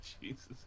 Jesus